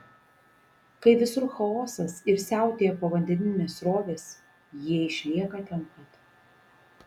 kai visur chaosas ir siautėja povandeninės srovės jie išlieka ten pat